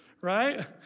right